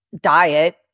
diet